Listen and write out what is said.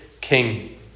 king